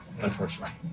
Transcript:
unfortunately